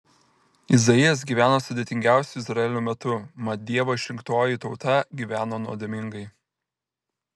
izaijas gyveno sudėtingiausiu izraeliui metu mat dievo išrinktoji tauta gyveno nuodėmingai